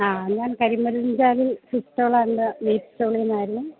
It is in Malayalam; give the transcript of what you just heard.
ആ ഞാന് കരിമര് ചാലിൽ ഫിഷ് സ്റ്റോൾ ആൻ്റ് മീറ്റ് സ്റ്റോളില്നിന്നായിരുന്നു